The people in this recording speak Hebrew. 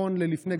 נכון ללפני,